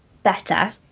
better